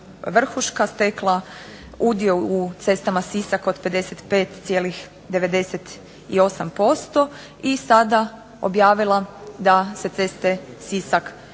vrhuška stekla udio u cestama Sisak od 55,98% i sada objavila da se ceste Sisak